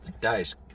dice